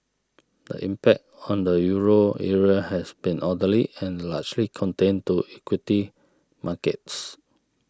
the impact on the Euro area has been orderly and largely contained to equity markets